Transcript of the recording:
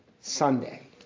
Sunday